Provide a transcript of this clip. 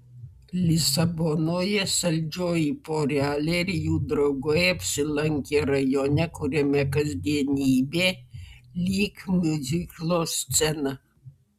lisabonoje saldžioji porelė ir jų draugai apsilankė rajone kuriame kasdienybė lyg miuziklo scena